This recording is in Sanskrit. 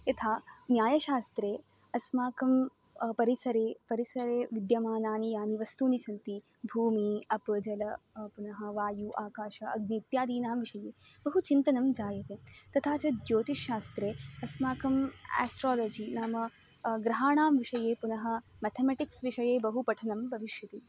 यथा न्यायशास्त्रे अस्माकं परिसरे परिसरे विद्यमानानि यानि वस्तूनि सन्ति भूमि अप् जलं पुनः वायु आकाशः अग्निः इत्यादीनां विषये बहु चिन्तनं जायते तथा च ज्योतिष्यशा स्त्रे अस्माकम् एस्ट्रोलजि नाम ग्रहाणां विषये पुनः मेथमिटिक्स् विषये बहु पठनं भविष्यति